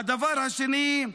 הדבר השני,